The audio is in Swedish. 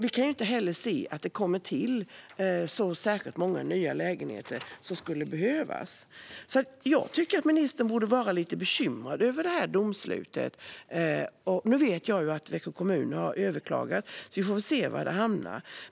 Vi kan inte heller se att det kommer till så många nya lägenheter som skulle behövas. Jag tycker att ministern borde vara lite bekymrad över det här domslutet. Nu vet jag att Växjö kommun har överklagat beslutet, så vi får väl se var det hamnar.